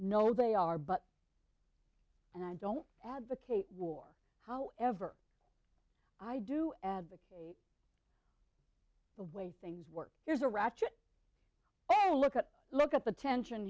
know they are but and i don't advocate war however i do advocate the way things work here's a ratchet a look at look at the tension